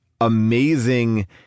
amazing